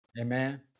Amen